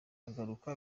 akagaruka